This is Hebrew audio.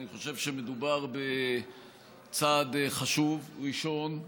אני חושב שמדובר בצעד חשוב ראשון,